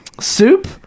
Soup